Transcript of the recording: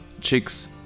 chicks